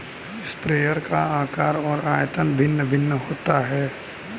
sprayer का आकार और आयतन भिन्न भिन्न होता है